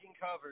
covered